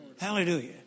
Hallelujah